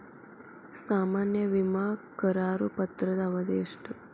ಸಾಮಾನ್ಯ ವಿಮಾ ಕರಾರು ಪತ್ರದ ಅವಧಿ ಎಷ್ಟ?